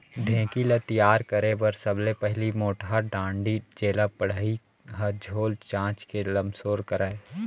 ढेंकी ल तियार करे बर सबले पहिली मोटहा डांड़ी जेला बढ़ई ह छोल चांच के लमसोर करय